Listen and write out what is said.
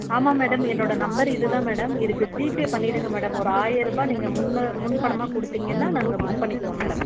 ஆமாம் மேடம் என்னோட நம்பர் இதுதான் மேடம் இதுக்கு ஜிபே பண்ணிவிடுங்க மேடம் ஒரு ஆயிரம் ருபாய் நீங்கள் முன்னு முன்பணமாக கொடுத்திங்கன்னா நாங்கள் புக் பண்ணிக்குவோம் மேடம்